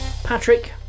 Patrick